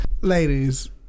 ladies